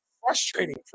frustrating